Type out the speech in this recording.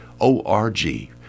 O-R-G